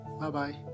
Bye-bye